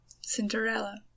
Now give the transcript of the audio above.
Cinderella